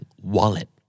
wallet